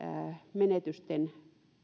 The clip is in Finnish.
menetysten